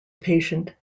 patient